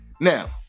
Now